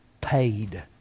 paid